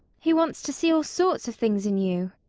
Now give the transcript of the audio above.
he wants to see all sorts of things in you.